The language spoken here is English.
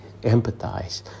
empathize